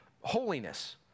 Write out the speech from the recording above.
Holiness